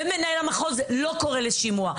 ומנהל המחוז לא קורא לשימוע.